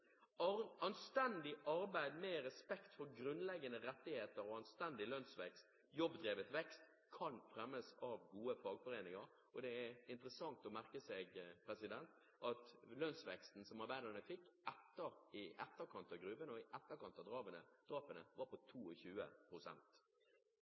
Anstendig arbeid med respekt for grunnleggende rettigheter og anstendig lønnsvekst, jobbdrevet vekst, kan fremmes av gode fagforeninger, og det er interessant å merke seg at lønnsveksten som arbeiderne fikk i etterkant av drapene, var på 22 pst. Rettferdig fordeling skaper vekst. Når millioner av